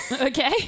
Okay